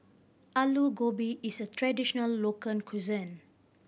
Alu Gobi is a traditional local cuisine